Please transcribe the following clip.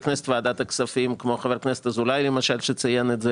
ועדת הכספים - כמו חבר הכנסת אזולאי למשל שציין את זה